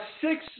six